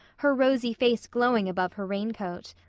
her rosy face glowing above her raincoat.